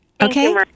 Okay